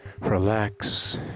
relax